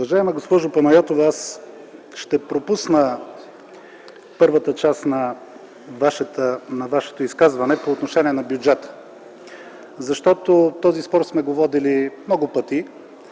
Уважаема госпожо Панайотова, аз ще пропусна първата част на Вашето изказване по отношение на бюджета, защото този спор сме го водили много пъти.